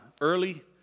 early